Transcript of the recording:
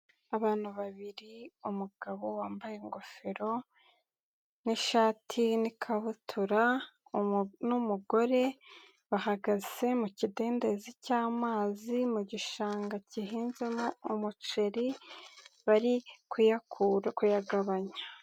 Abantu babiri umugabo wambaye ingofero, n'ishati n'ikabutura, n'umugore bahagaze mu kidendezi cy'amazi mu gishanga, gihinzemo umuceri, bari kuyakura, kuyagagabanya.